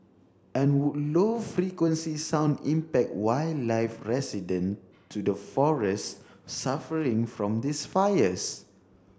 and would low frequency sound impact wildlife resident to the forest suffering from these fires